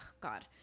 god